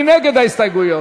מי נגד ההסתייגויות?